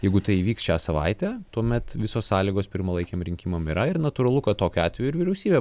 jeigu tai įvyks šią savaitę tuomet visos sąlygos pirmalaikiam rinkimam yra ir natūralu kad tokiu atveju ir vyriausybė